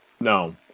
No